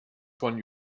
von